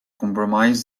comprise